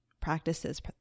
practices